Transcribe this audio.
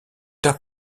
tard